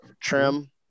Trim